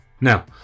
Now